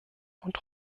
und